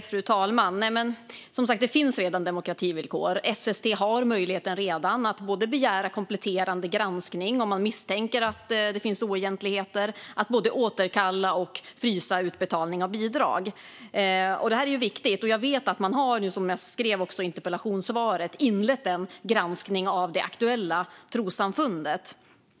Fru talman! Det finns som sagt redan demokrativillkor. SST har redan möjligheten att begära kompletterande granskning om man misstänker att det finns oegentligheter och att både återkalla och frysa utbetalning av bidrag. Det är viktigt, och som jag sa i interpellationssvaret vet jag att man har inlett en granskning av det aktuella trossamfundet.